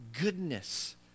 goodness